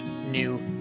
new